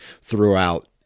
throughout